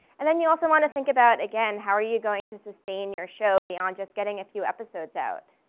and then you also wanna think about again, how are you going to sustain your show beyond just getting a few episodes out.